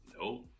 No